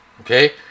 Okay